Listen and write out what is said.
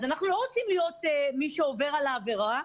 אז אנחנו לא רוצים להיות מי שעובר על העבירה,